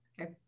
Okay